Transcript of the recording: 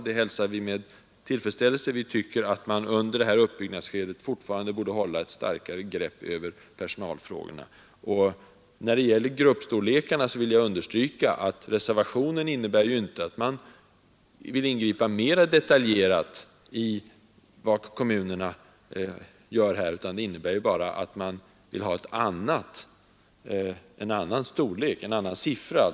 Det hälsar vi med tillfredsställelse. Vi tycker att man under detta uppbyggnadsskede borde hålla ett starkare grepp över personalfrågorna. När det gäller gruppstorlekarna vill jag understryka att reservationen inte innebär att vi vill ingripa mer detaljerat i vad kommunerna gör, vi vill bara ha en annan storlek, en annan siffra.